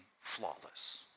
flawless